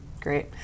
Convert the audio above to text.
Great